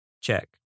check